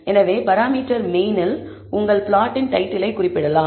எனவே பராமீட்டர் மெயினில் உங்கள் பிளாட்ஸின் டைட்டிலை குறிப்பிடலாம்